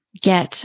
get